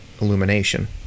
illumination